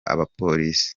abapolisi